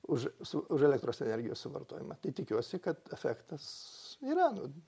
už už elektros energijos suvartojimą tai tikiuosi kad efektas yra nu